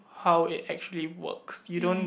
how it actually works you don't